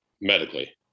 medically